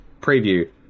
preview